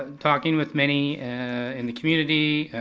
and talking with many in the community,